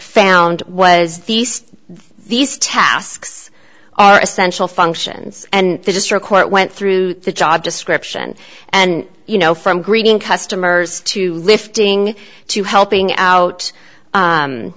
found was these these tasks are essential functions and the district court went through the job description and you know from greeting customers to lifting to helping out